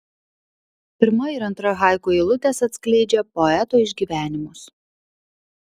pirma ir antra haiku eilutės atskleidžia poeto išgyvenimus